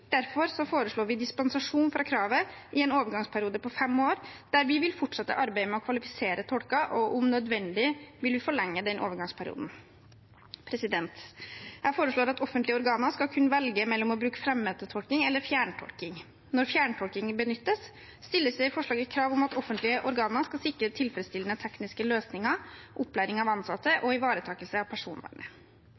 Derfor foreslår vi dispensasjon fra kravet i en overgangsperiode på fem år. Vi vil fortsette arbeidet med å kvalifisere tolker, og om nødvendig vil vi forlenge den overgangsperioden. Jeg foreslår at offentlige organer skal kunne velge mellom å bruke frammøtetolking eller fjerntolking. Når fjerntolking benyttes, stilles det i forslaget krav om at offentlige organer skal sikre tilfredsstillende tekniske løsninger, opplæring av ansatte